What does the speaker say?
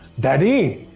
daddy!